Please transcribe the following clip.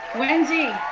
wendy.